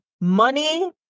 money